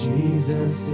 Jesus